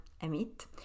emit